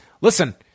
listen